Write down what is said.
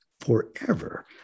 forever